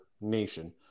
nation